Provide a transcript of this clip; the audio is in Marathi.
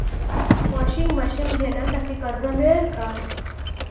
वॉशिंग मशीन घेण्यासाठी कर्ज मिळेल का?